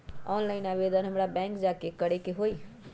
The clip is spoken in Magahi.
ऑनलाइन आवेदन हमरा बैंक जाके करे के होई?